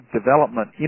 development